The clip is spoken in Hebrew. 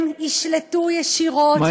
הם ישלטו ישירות לא רק בערוץ הציבורי,